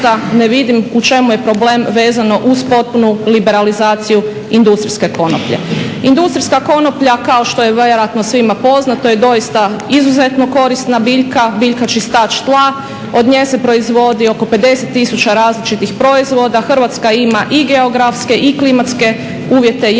ne vidim u čemu je problem vezano uz potpunu liberalizaciju industrijske konoplje. Industrijska konoplja kao što je vjerojatno svima poznato je doista izuzetno korisna biljka, biljka čistač tla. Od nje se proizvodi oko 50 tisuća različitih proizvoda. Hrvatska ima i geografske i klimatske uvjete jako